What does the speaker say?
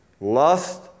lust